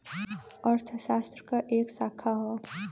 अर्थशास्त्र क एक शाखा हौ